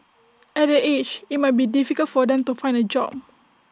at the age IT might be difficult for them to find A job